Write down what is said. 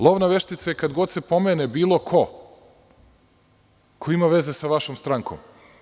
Lov na veštice je kad god se pomene bilo ko ima veze sa vašom strankom.